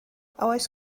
oes